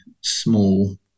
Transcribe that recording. small